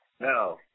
No